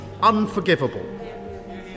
unforgivable